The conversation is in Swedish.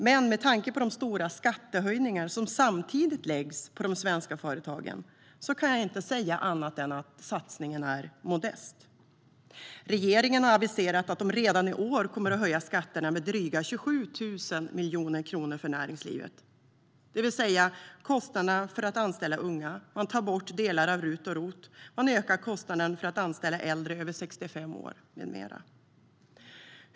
Men med tanke på de stora skattehöjningar som samtidigt läggs på de svenska företagen kan jag inte säga annat än att satsningen är modest. Regeringen har aviserat att den redan i år kommer att höja skatterna med drygt 27 miljarder kronor för näringslivet - det vill säga öka kostnaderna för att anställa unga, ta bort delar av RUT och ROT, öka kostnaden för att anställa äldre över 65 år med mera.